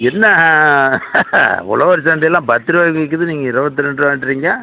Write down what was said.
என்ன ஆ ஆ ஆ உழவர் சந்தைலலாம் பத்துரூபாக்கு விற்கிது நீங்கள் இருபத்தி ரெண்டு ரூபான்றிங்க